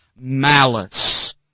malice